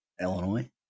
Illinois